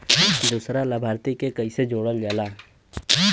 दूसरा लाभार्थी के कैसे जोड़ल जाला?